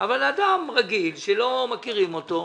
אבל אדם רגיל שלא מכירים אותו,